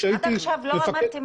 כשהייתי מפקד --- עד עכשיו לא אמרתם